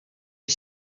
est